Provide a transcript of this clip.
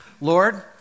Lord